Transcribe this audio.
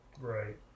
Right